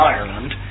Ireland